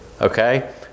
Okay